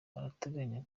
arateganya